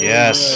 Yes